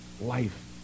life